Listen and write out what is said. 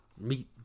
Meet